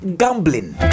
gambling